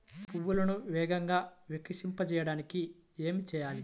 పువ్వులను వేగంగా వికసింపచేయటానికి ఏమి చేయాలి?